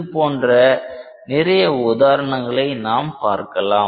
இது போன்ற நிறைய உதாரணங்களை நாம் பார்க்கலாம்